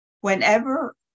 whenever